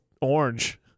orange